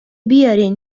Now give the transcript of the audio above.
بیارین